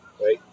right